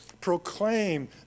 proclaim